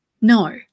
No